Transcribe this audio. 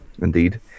Indeed